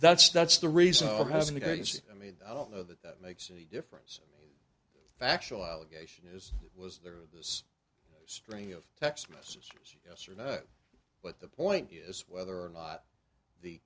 that's that's the reason why hasn't it's i mean i don't know that that makes a difference the actual allegation is was there this string of text messages yes or no but the point is whether or not the